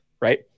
right